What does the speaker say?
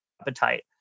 appetite